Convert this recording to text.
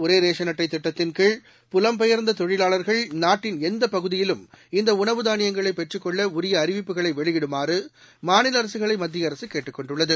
ஒரேரேஷன் அட்டைதிட்டத்தின் கீழ் புலம் பெயர்ந்ததொழிலாளர்கள் நாட்டின் எந்தப் பகுதியிலும் இந்தஉணவுதானியங்களைபெற்றுக் கொள்ளஉரியஅறிவிப்புகளைவெளியிடுமாறுமாநிலஅரசுகளைமத்தியஅரசுகேட்டுக் கொண்டுள்ளது